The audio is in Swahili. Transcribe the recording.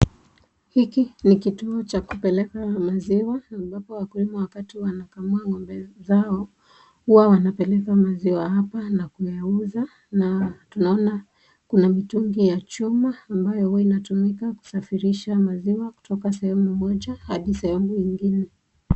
Hiki ni kituo cha kupeleka maziwa ambapo wakulima wakati wanakamua ng'ombe zao huwa wanapeleka maziwa hapa na kuyauza na tunaona kuna mitungi ya chuma ambayo huwa inatumika kusafirisha maziwa kutoka sehemu moja hadi sehemu ingine.